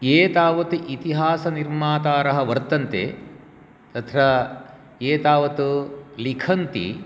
ये तावत् इतिहासनिर्मातारः वर्तन्ते तत्र ये तावत् लिखन्ति